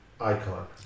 icon